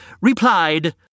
replied